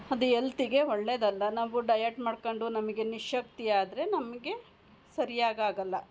ಅದು ಎಲ್ತಿಗೆ ಒಳ್ಳೇದು ಅಲ್ಲ ನಾವು ಡಯಟ್ ಮಾಡ್ಕೊಂಡು ನಮಗೆ ನಿಶಕ್ತಿ ಆದರೆ ನಮಗೆ ಸರಿಯಾಗಿ ಆಗೋಲ್ಲ